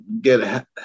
get